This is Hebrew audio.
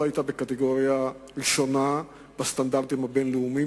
היתה בקטגוריה הראשונה בסטנדרטים הבין-לאומיים,